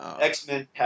X-Men